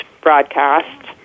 broadcast